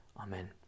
Amen